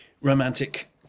romantic